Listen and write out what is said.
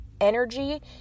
energy